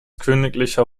königlicher